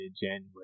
January